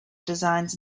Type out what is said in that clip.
designs